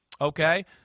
okay